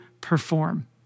perform